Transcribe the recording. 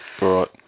Right